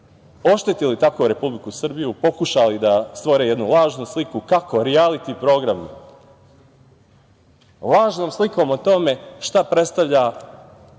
oštetili tako Republiku Srbiju, pokušali da stvore jednu lažnu sliku kako rijaliti program lažnom slikom o tome šta predstavlja